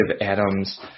Atoms